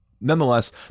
nonetheless